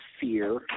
fear